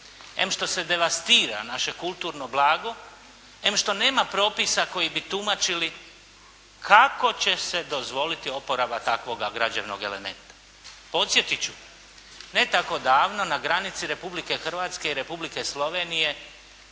što se devastira naše kulturno blago, em što nema propisa koji bi tumačili kako će se dozvoliti oporavak takvoga građevnog elementa. Podsjetit ću, ne tako davno na granici Republike Hrvatske i Republike Slovenije